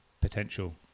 potential